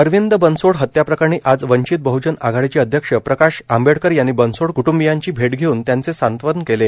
अरविंद बनसोड हत्याप्रकरणी आज वंचित बहजन आघाडीचे अध्यक्ष प्रकाश आंबेडकर यांनी बनसोड क्टूंबियांची भेट घेऊन त्यांचे सांत्वन केले